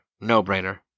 no-brainer